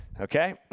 Okay